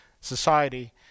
society